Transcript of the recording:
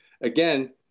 again